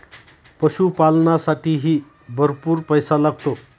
पशुपालनालासाठीही भरपूर पैसा लागतो